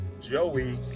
Joey